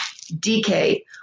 DK